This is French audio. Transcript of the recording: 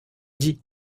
dit